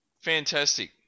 fantastic